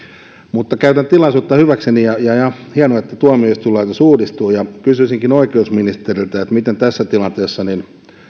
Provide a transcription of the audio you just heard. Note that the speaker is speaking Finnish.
käytän tilaisuutta hyväkseni on hienoa että tuomioistuinlaitos uudistuu ja kysyisinkin oikeusministeriltä aikooko tässä tilanteessa